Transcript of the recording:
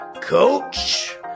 Coach